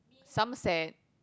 Somerset